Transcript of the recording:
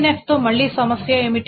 3NF తో మళ్ళీ సమస్య ఏమిటి